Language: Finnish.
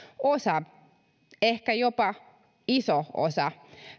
osa ehkä jopa iso osa